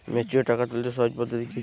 Mature টাকা তুলতে সহজ পদ্ধতি কি?